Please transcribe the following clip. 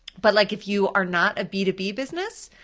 but like if you are not a b two b business,